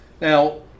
Now